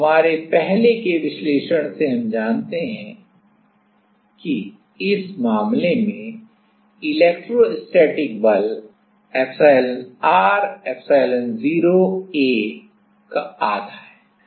हमारे पहले के विश्लेषण से हम जानते हैं कि इस मामले में इलेक्ट्रोस्टैटिक बल एप्सिलॉन r एप्सिलॉन0 A का आधा है